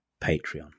Patreon